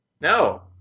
No